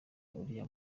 uriya